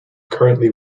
currently